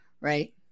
Right